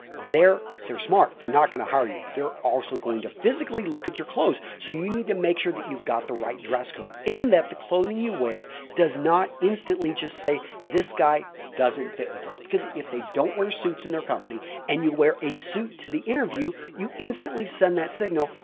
they're if they're smart, they're not going to hire you. they're also going to physically look at your clothes, so you need to make sure that you've got the right dress code and that the clothing you wear does not instantly just say this guy doesn't fit with us. because if they don't wear suits in their company and you wear a suit to the interview, you instantly send that signal,